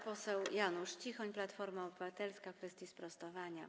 Poseł Janusz Cichoń, Platforma Obywatelska, w kwestii sprostowania.